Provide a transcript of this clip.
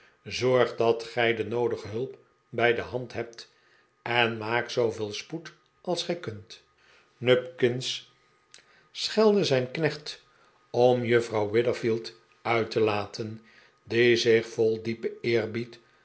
zorg dat gij de noodige hulp bij de hand hebt en maak zooveel sp'oed als gij kunt nupkins schelde zijn kneclit om juffrouw witherfield uit te laten die zich vol diepen eerbied